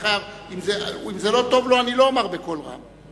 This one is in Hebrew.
אם זה לא טוב לו, אני לא אומר בקול רם.